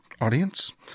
audience